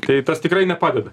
tai tas tikrai nepadeda